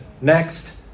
Next